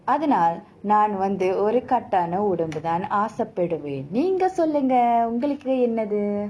அதனால் நான் வந்து ஒரு கட்டான உடம்புதான் ஆச படுவேன் நீங்க சொல்லுங்க உங்களுக்கு என்னது:athanaal naan vanthu oru kattaana udambuthan asa paduvaen neenga sollunga ungalukku ennathu